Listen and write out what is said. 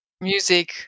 music